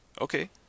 Okay